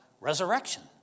resurrection